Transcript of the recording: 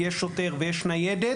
כי יש שוטר ויש ניידת,